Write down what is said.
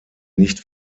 nicht